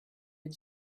had